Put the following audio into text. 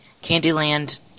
Candyland